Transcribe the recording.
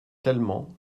tellement